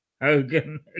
Hogan